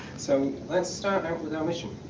so, let's start out with our mission.